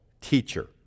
teacher